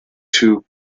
two